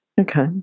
okay